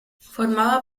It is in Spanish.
formaba